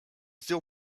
zdjął